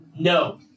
No